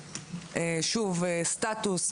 סטטוס,